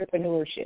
entrepreneurship